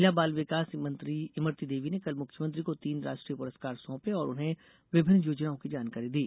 महिला बाल विकास मेंत्री इमरती देवी ने कल मुख्यमंत्री को तीन राष्ट्रीय पुरस्कार सौंपे और उन्हें विभिन्न योजनाओं की जानकारी दी